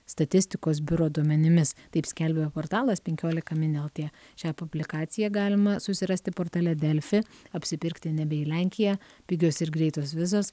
statistikos biuro duomenimis taip skelbia portalas penkiolika min lt šią publikaciją galima susirasti portale delfi apsipirkti nebe į lenkiją pigios ir greitos vizos